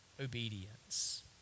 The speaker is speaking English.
obedience